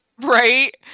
Right